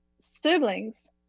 siblings